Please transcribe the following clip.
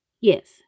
Yes